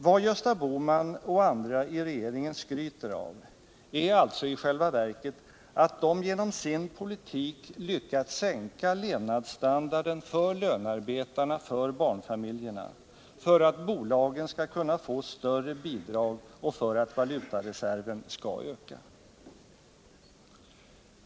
Vad Gösta Bohman och andra i regeringen skryter om är alltså i själva verket att de genom sin politik lyckats sänka levnadsstandarden för lönarbetarna och för barnfamiljerna för att bolagen skall kunna få större bidrag och för att valutareserven skall öka.